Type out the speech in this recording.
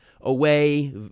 away